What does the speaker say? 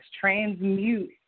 transmute